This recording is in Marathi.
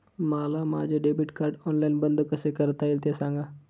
मला माझे डेबिट कार्ड ऑनलाईन बंद कसे करता येईल, ते सांगा